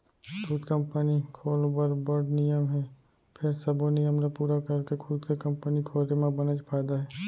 दूद कंपनी खोल बर बड़ नियम हे फेर सबो नियम ल पूरा करके खुद के कंपनी खोले म बनेच फायदा हे